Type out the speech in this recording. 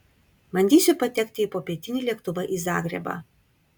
bandysiu patekti į popietinį lėktuvą į zagrebą